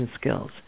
skills